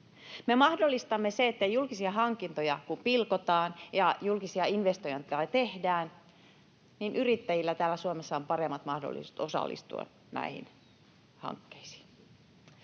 Me mahdollistamme sen, että kun julkisia hankintoja pilkotaan ja julkisia investointeja tehdään, niin yrittäjillä täällä Suomessa on paremmat mahdollisuudet osallistua näihin hankkeisiin.